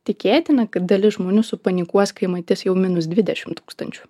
tikėtina kad dalis žmonių supanikuos kai matys jau minus dvidešim tūkstančių